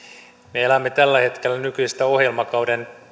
me elämme tällä hetkellä nykyisen ohjelmakauden